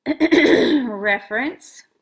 reference